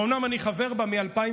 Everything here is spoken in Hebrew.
אומנם אני חבר בה מ-2009,